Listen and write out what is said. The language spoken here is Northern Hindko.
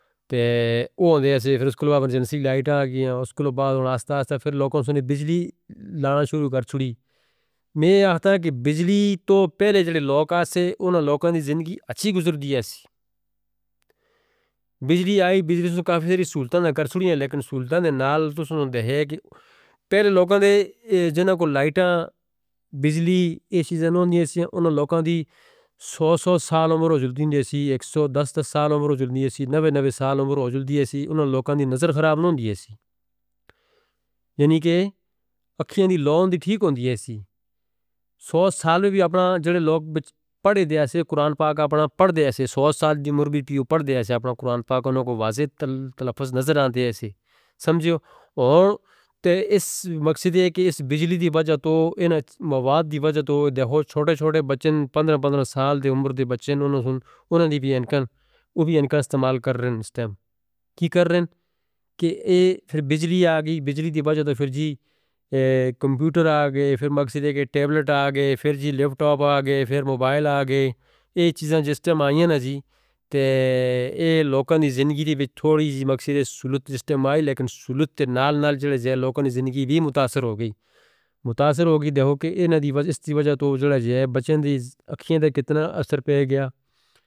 تے اوہندے اسی فرسکلوابرجن سی گائٹاں گئیاں، اسکلوں بعد ہون آستہ آستہ پھر لوگوں سنیں بجلی لانا شروع کر چھڑی۔ میں یہ آندہ کہ بجلی تو پہلے جڑے لوگ آتے، انہاں لوگوں دی زندگی اچھی گزر دی ہے سی۔ بجلی آئی، بجلی سے کافی ساری سہولتوں نے کر چھڑیاں، لیکن سہولتیں نال تسنیوں دے ہے کہ پہلے لوگوں دے جنہوں کو لائٹاں، بجلی، ایشیوز انہاں نے سی، انہاں لوگوں دی سو سو سال عمر ہو جلی دی ہے سی، ایک سو دس سال عمر ہو جلی دی ہے سی، نوے نوے سال عمر ہو جلی دی ہے سی، انہاں لوگوں دی نظر خراب نہیں دی ہے سی۔ یعنی کہ اکھیان دی لاون دی ٹھیک ہوندی ہے سی۔ سو سال میں بھی اپنا جڑے لوگ پڑھے دی ہیں سے، قرآن پاک اپنا پڑھے دی ہیں سے، سو سال دی عمر بھی پیو پڑھے دی ہیں سے، اپنا قرآن پاک انہوں کو واضح تلہفظ نظر آندے ہیں سے۔ سمجھو، اور اس مقصد ہے کہ اس بجلی دی وجہ تو، اینہ مواد دی وجہ تو، چھوٹے چھوٹے بچیں، پندرہ پندرہ سال دے عمر دے بچیں، انہوں نے بھی اینکن استعمال کر رہے ہیں اس ٹیم۔ کی کر رہے ہیں؟ کہ پھر بجلی آگئی، بجلی دی وجہ تو پھر جی، کمپیوٹر آگئے، پھر مقصد ہے کہ ٹیبلٹ آگئے، پھر جی لیپٹاپ آگئے، پھر موبائل آگئے، این چیزیں جس ٹائم آئیں ہیں نا جی، تے یہ لوگوں نے زندگی دی وچھ تھوڑی جی مقصد ہے سہولت جس ٹائم آئی، لیکن سہولت ترنال نار جڑے جی لوگوں نے زندگی بھی متاثر ہو گئی۔ متاثر ہو گئی، دیکھو کہ انہاں دی وجہ تو جڑے جے بچین دی اکھیان دے کتنا اثر پے گیا.